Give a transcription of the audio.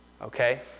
okay